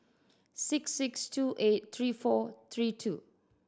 six six two eight three four three two